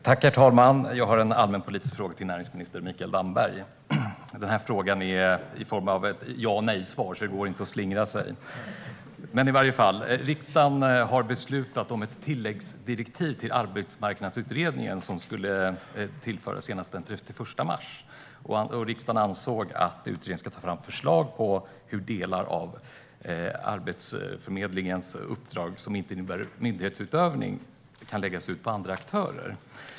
Herr talman! Jag har en allmänpolitisk fråga till näringsminister Mikael Damberg. Frågan är i ja-eller-nej-form, så det går inte att slingra sig. Riksdagen har beslutat om ett tilläggsdirektiv till Arbetsmarknadsutredningen, som skulle tillföras senast den 31 mars. Riksdagen ansåg att utredningen ska ta fram förslag på hur delar av Arbetsförmedlingens uppdrag som inte innebär myndighetsutövning kan läggas ut på andra aktörer.